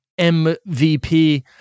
MVP